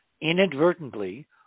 inadvertently